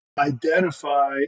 Identify